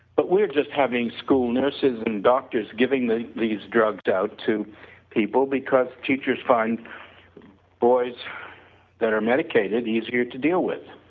but we are just having school nurses and doctors giving these drugs out to people, because teachers find boys that are medicated easier to deal with